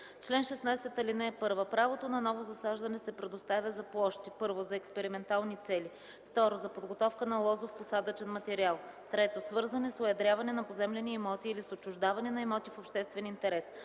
чл. 16: „Чл. 16. (1) Правото на ново засаждане се предоставя за площи: 1. за експериментални цели; 2. за подготовка на лозов посадъчен материал; 3. свързани с уедряване на поземлени имоти или с отчуждаване на имоти в обществен интерес.